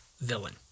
villain